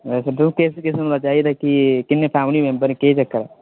अच्छा तुसें किस किस्म दा चाहि्दा ऐ कि किन्ने फैमिली मेंबर न केह् चक्कर ऐ